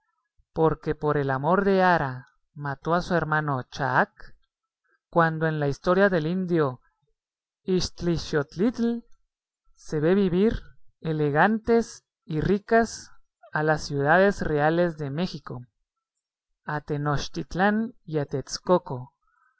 porque por el amor de ara mató a su hermano chaak cuando en la historia del indio ixtlilxochitl se ve vivir elegantes y ricas a las ciudades reales de méxico a tenochtitlán y a texcoco